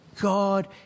God